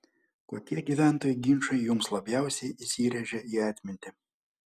kokie gyventojų ginčai jums labiausiai įsirėžė į atmintį